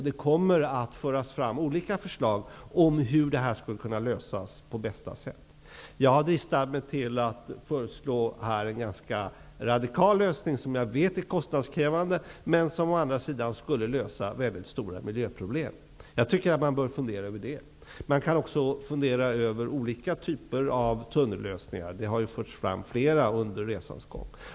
Det kommer att föras fram olika förslag om hur detta kan lösas på bästa sätt. Jag har dristat mig till att här komma med ett ganska radikalt förslag. Jag vet att det är kostnadskrävande. Å andra sidan skulle väldigt stora miljöproblem lösas. Man kan också fundera över olika typer av tunnellösningar. Flera förslag har ju förts fram under resans gång.